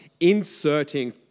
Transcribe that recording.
inserting